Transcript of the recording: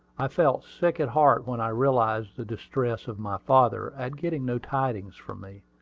i felt sick at heart when i realized the distress of my father at getting no tidings from me.